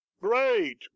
Great